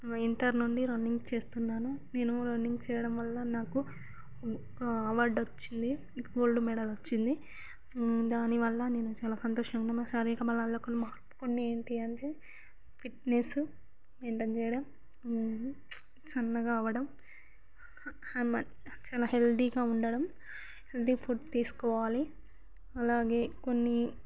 inter నుండి running చేస్తున్నాను నేను రన్నింగ్ చేయడం వల్ల నాకు ఒక అవార్డు వచ్చింది గోల్డ్ మెడల్ వచ్చింది దానివల్ల నేను చాలా సంతోషంగా ఉన్న శారీరక బలంగా ఉంది ఏమిటి అంటే ఫిట్నెస్ మైంటైన్ చేయడం సన్నగా అవ్వడం అండ్ మన చాలా హెల్దీగా ఉండడం హెల్తి ఫుడ్ తీసుకోవాలి అలాగే కొన్ని